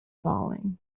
falling